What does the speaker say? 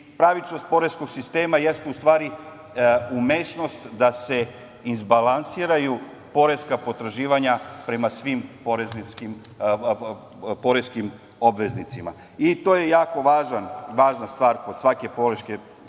Pravičnost poreskog sistema jeste u stvari umešnost da se izbalansiraju poreska potraživanja prema svim poreskim obveznicima. To je jako važna stvar kod svakog poreskog